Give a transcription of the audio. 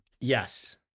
Yes